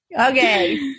Okay